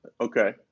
Okay